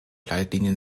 leitlinien